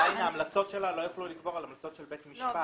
ועדיין ההמלצות שלה לא יוכלו לגבור על המלצות של בית משפט.